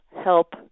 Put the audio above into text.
help